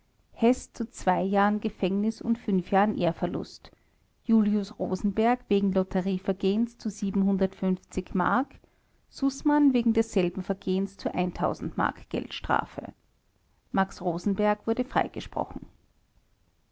zu zwei jahren gefängnis und jahren ehrverlust julius rosenberg wegen lotterievergehens zu mark sußmann wegen desselben vergehens zu mark geldstrafe max rosenberg wurde freigesprochen